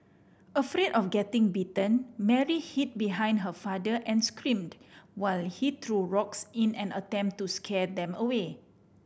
afraid of getting bitten Mary hid behind her father and screamed while he threw rocks in an attempt to scare them away